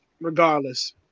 regardless